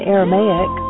Aramaic